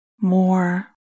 more